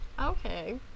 Okay